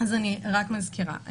אז אני רק מזכירה.